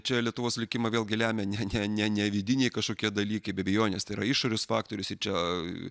čia lietuvos likimą vėlgi lemia ne ne ne vidiniai kažkokie dalykai be abejonės tai yra išorės faktorius ir čia